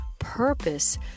purpose